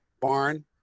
barn